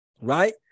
right